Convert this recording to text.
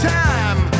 time